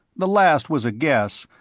the last was a guess,